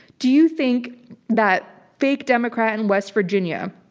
do you think that fake democrat in west virginia,